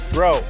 Bro